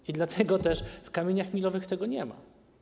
I dlatego też w kamieniach milowych tego nie ma.